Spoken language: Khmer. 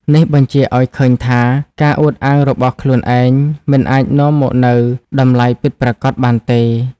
នេះបញ្ជាក់ឱ្យឃើញថា ការអួតអាងរបស់ខ្លួនឯងមិនអាចនាំមកនូវតម្លៃពិតប្រាកដបានទេ។